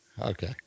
okay